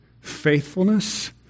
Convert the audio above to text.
faithfulness